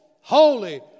holy